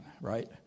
right